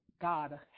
God